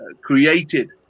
created